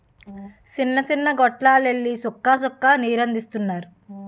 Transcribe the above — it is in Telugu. సిన్న సిన్న గొట్టాల్లెల్లి సుక్క సుక్క నీరందిత్తన్నారు